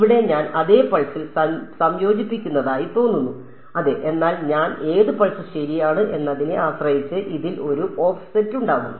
ഇവിടെ ഞാൻ അതേ പൾസിൽ സംയോജിപ്പിക്കുന്നതായി തോന്നുന്നു അതെ എന്നാൽ ഞാൻ ഏത് പൾസ് ശരിയാണ് എന്നതിനെ ആശ്രയിച്ച് ഇതിൽ ഒരു ഓഫ്സെറ്റ് ഉണ്ടാകും